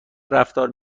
رفتار